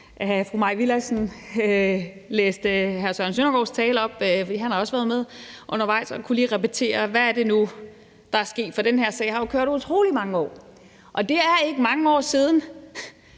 fru Mai Villadsen læste hr. Søren Søndergaards tale op, for han har også været med undervejs, og så kunne jeg lige repetere, hvad det nu er, der er sket, for den her sag har jo kørt utrolig mange år. Og det er ikke mange år siden,